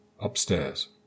upstairs